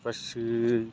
પછી